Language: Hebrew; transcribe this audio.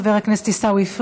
חבר הכנסת עיסאווי פריג'.